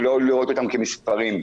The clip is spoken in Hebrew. ולא לראות אותם כמספרים.